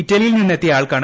ഇറ്റലിയിൽ നിന്നെത്തിയാൾക്കാണ്